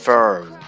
Firm